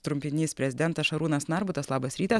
trumpinys prezidentas šarūnas narbutas labas rytas